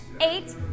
eight